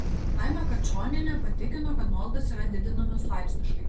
laima kačonienė patikino kad nuolaidos yra didinamos laipsniškai